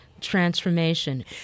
transformation